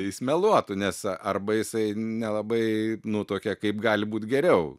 jis meluotų nes arba jisai nelabai nutuokia kaip gali būt geriau